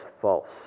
false